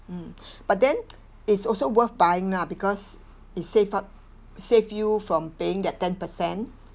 mm but then it's also worth buying lah because it save up save you from paying that ten percent